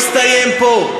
הוא לא יסתיים פה.